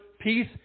peace